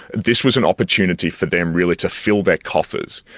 this was an opportunity for them really to fill their coffers.